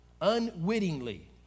unwittingly